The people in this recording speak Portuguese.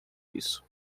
isso